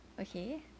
okay